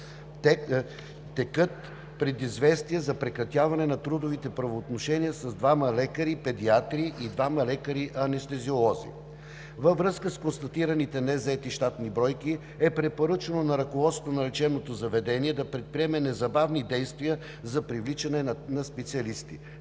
Текат предизвестия за прекратяване на трудовите правоотношения с двама лекари, педиатри и двама лекари анестезиолози. Във връзка с констатираните незаети щатни бройки е препоръчано на ръководството на лечебното заведение да предприеме незабавни действия за привличане на специалисти.